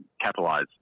capitalize